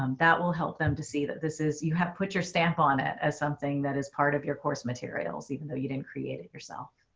um that will help them to see that this is you have put your stamp on it as something that is part of your course materials, even though you didn't create it yourself.